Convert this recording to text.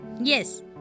Yes